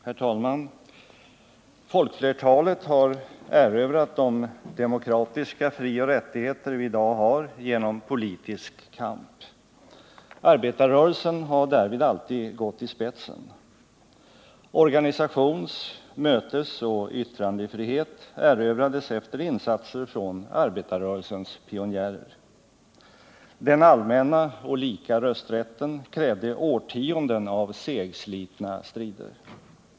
Herr talman! Folkflertalet har erövrat de demokratiska frioch rättigheter vi i dag har genom politisk kamp. Arbetarrörelsen har därvid alltid gått i spetsen. Organisations-, mötesoch yttrandefrihet erövrades efter insatser från arbetarrörelsens pionjärer. Den allmänna och lika rösträtten krävde årtionden av segslitna strider.